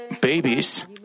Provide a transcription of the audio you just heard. babies